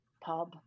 pub